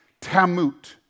tamut